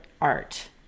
art